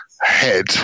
head